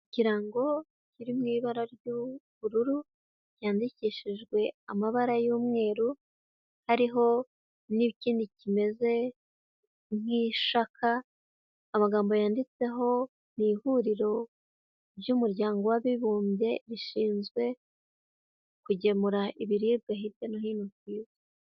Ikirango kiri mu ibara ry'ubururu cyandikishijwe amabara y'umweru ariho n'ikindi kimeze nk'ishaka amagambo yanditseho ni ihuriro ry'umuryango w'abibumbye, rishinzwe kugemura ibiribwa hirya no hino ku isi.